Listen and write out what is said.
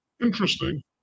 interesting